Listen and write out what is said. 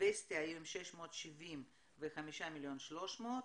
וסטי היו עם 670 ו-5.300 מיליון.